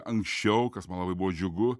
anksčiau kas man labai buvo džiugu